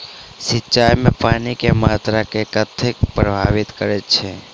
सिंचाई मे पानि केँ मात्रा केँ कथी प्रभावित करैत छै?